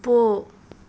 போ